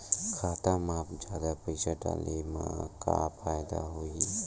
खाता मा जादा पईसा डाले मा का फ़ायदा होही?